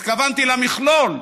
התכוונתי למכלול,